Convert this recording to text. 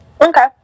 Okay